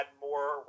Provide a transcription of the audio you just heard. more